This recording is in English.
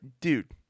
dude